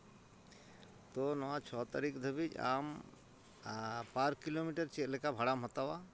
ᱛᱚ ᱱᱚᱣᱟ ᱪᱷᱚ ᱛᱟᱹᱨᱤᱠᱷ ᱫᱷᱟᱹᱵᱤᱡ ᱟᱢ ᱯᱟᱨ ᱠᱤᱞᱳᱢᱤᱴᱟᱨ ᱪᱮᱫᱞᱮᱠᱟ ᱵᱷᱟᱲᱟᱢ ᱦᱟᱛᱟᱣᱟ